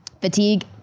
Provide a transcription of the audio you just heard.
Fatigue